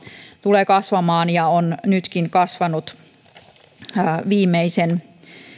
tulee kasvamaan ja on nytkin kasvanut